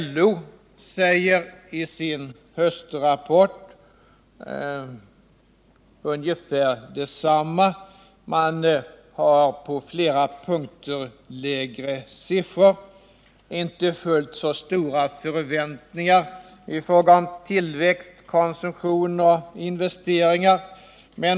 LO säger i sin höstrapport ungefär detsamma. Man har på flera punkter lägre siffror och inte fullt så stora förväntningar i fråga om tillväxt, konsumtion och investeringar.